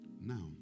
Now